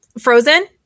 Frozen